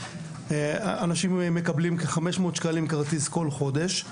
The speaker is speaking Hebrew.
אנשים מקבלים כ-500 שקלים כרטיס כל חודש,